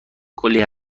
کلی